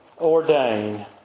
ordained